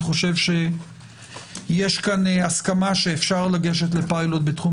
אני חושב שיש הסכמה שאפשר לגשת לפילוט בתחום